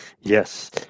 Yes